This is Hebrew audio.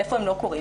איפה הם לא קורים?